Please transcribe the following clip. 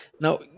Now